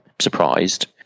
surprised –